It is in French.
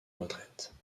retraite